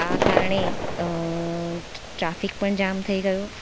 આ કારણે ટ્રાફિક પણ જામ થઈ ગયો